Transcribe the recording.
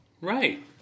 Right